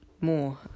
more